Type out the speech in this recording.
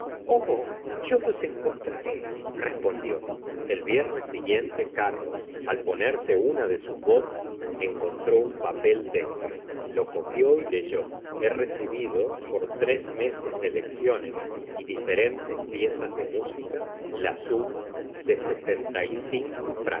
yo los encontraré respondió el viernes siguiente carlos al ponerse una de sus botas encontró un papel dentro lo cogi y leyó che recibido por tres meses de lecciones y diferentes piezas de mú ica la suma de sesenta y cinco